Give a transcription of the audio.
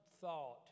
thought